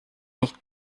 nicht